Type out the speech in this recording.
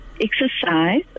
exercise